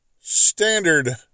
Standard